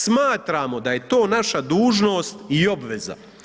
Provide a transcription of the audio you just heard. Smatramo da je to naša dužnost i obveza.